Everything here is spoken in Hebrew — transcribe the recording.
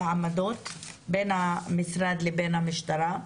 בין המשרד לבין המשטרה,